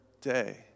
day